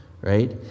Right